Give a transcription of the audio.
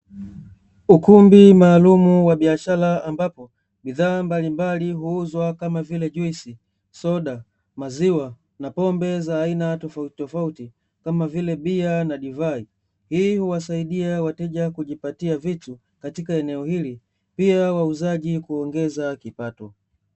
Ukumbi maalumu wa biashara, ambapo bidhaa mbalimbali huuzwa, kama vile: juisi, soda, maziwa na pombe za aina tofautitofauti kama vile, bia na divai. Hii huwasaidia wateja kujipatia vitu katika eneo hili, pia wauzaji kuongeza kipato.